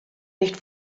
nicht